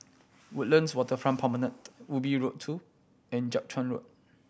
Woodlands Waterfront Promenade Ubi Road Two and Jiak Chuan Road